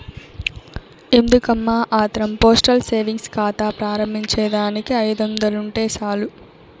ఎందుకమ్మా ఆత్రం postal savings కాతా ప్రారంబించేదానికి ఐదొందలుంటే సాలు